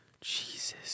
jesus